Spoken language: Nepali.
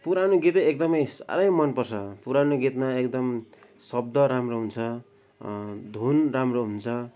पुरानो गीतै एकदमै साह्रै मनपर्छ पुरानो गीतमा एकदम शब्द राम्रो हुन्छ धुन राम्रो हुन्छ